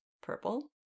purple